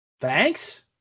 thanks